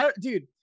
dude